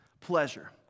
Pleasure